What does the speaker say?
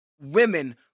women